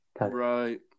right